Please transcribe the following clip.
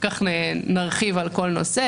אחר כך נרחיב על כל נושא,